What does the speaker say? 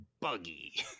Buggy